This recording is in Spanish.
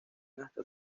hasta